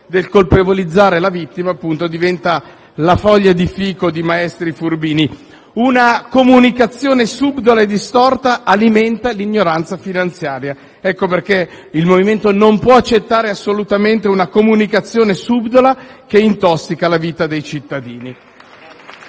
del colpevolizzare la vittima, diventa la foglia di fico di maestri e furbini. Una comunicazione subdola e distorta alimenta l'ignoranza finanziaria. Ecco perché il MoVimento non può accettare assolutamente una comunicazione subdola che intossica la vita dei cittadini.